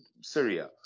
Syria